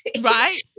right